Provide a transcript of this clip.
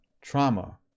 trauma